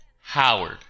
Howard